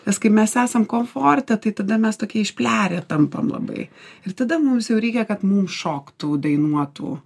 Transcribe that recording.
nes kai mes esam komforte tai tada mes tokie išplerę tampam labai ir tada mums jau reikia kad mums šoktų dainuotų